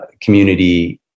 community